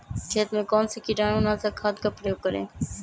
खेत में कौन से कीटाणु नाशक खाद का प्रयोग करें?